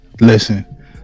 listen